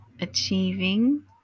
achieving